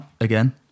again